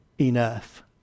enough